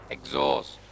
Exhaust